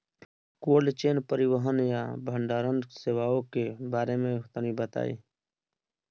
Cold chain परिवहन या भंडारण सेवाओं के बारे में तनी बताई?